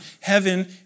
Heaven